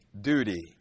duty